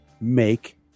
make